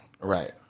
right